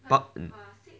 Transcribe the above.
but